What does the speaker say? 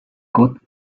good